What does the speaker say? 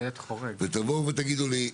תגידו לי: